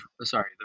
Sorry